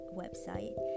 website